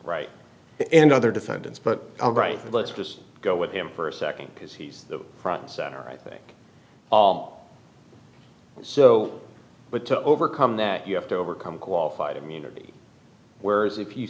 right and other defendants but all right let's just go with him for a nd because he's the front center i think all so but to overcome that you have to overcome qualified immunity whereas if you